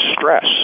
stress